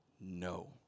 no